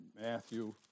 Matthew